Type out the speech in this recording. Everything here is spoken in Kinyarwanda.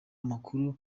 amakuru